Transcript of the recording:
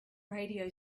radio